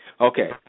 Okay